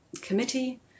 committee